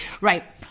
Right